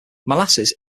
molasses